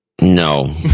No